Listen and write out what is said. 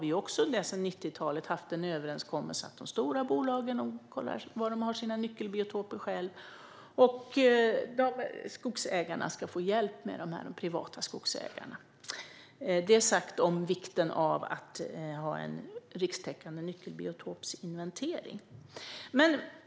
Vi har sedan 90-talet haft en överenskommelse om att de stora bolagen själva kollar var de har sina nyckelbiotoper, medan de privata skogsägarna ska få hjälp med det. Detta sagt om vikten av att ha en rikstäckande nyckelbiotopsinventering.